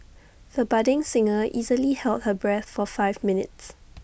the budding singer easily held her breath for five minutes